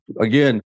again